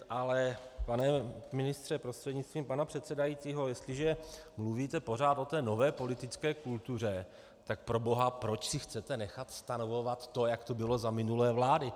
Ale pane ministře prostřednictvím pana předsedajícího, jestliže mluvíte pořád o té nové politické kultuře, tak proboha proč si chcete nechat stanovovat to, jak to bylo za minulé vlády.